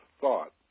thought